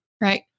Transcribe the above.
Right